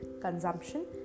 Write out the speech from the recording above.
consumption